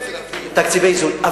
תקציבי איזון.